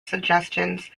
suggestions